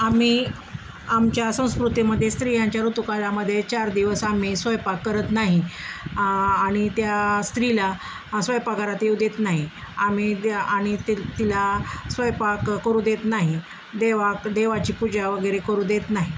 आम्ही आमच्या संस्कृतीमध्ये स्त्रियांच्या ऋतुकालामध्ये चार दिवस आम्ही स्वयंपाक करत नाही आणि त्या स्त्रीला स्वयपाकघरात येऊ देत नाही आम्ही द आणि त तिला स्वयंपाक करू देत नाही देवा देवाची पूजावगैरे करू देत नाही